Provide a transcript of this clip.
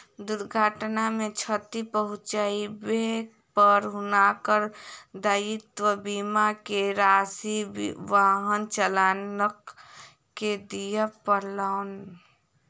दुर्घटना मे क्षति पहुँचाबै पर हुनका दायित्व बीमा के राशि वाहन चालक के दिअ पड़लैन